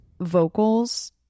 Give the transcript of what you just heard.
vocals